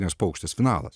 paukštės finalas